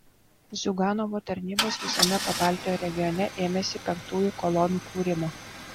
ziuganovo tarnybos visame pabaltijo regione ėmėsi penktųjų kolonų kūrimo